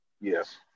Yes